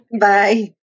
Bye